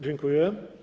Dziękuję.